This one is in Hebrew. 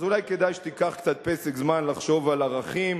אז אולי כדאי שתיקח קצת פסק זמן לחשוב על ערכים